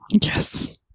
Yes